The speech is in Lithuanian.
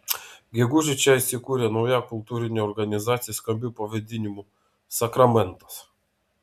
gegužę čia įsikūrė nauja kultūrinė organizacija skambiu pavadinimu sakramentas